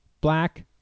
black